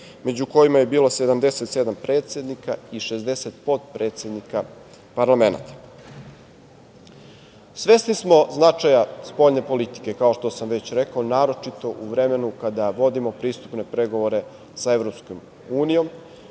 među kojima je bilo 77 predsednika i 60 potpredsednika parlamenata. Svesni smo značaja spoljne politike, kao što sam već rekao, naročito u vremenu kada vodimo pristupne pregovore, sa EU,